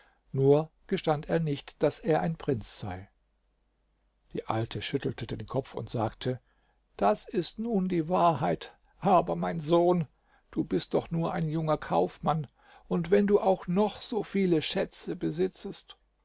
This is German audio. nur gestand er nicht daß er ein prinz sei die alte schüttelte den kopf und sagte das ist nun die wahrheit aber mein sohn du bist doch nur ein junger kaufmann und wenn du auch noch so viele schätze besitzest